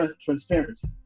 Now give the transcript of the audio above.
transparency